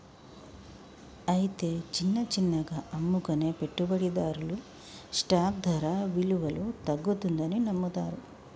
అయితే చిన్న చిన్నగా అమ్ముకునే పెట్టుబడిదారులు స్టాక్ ధర విలువలో తగ్గుతుందని నమ్ముతారు